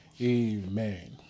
Amen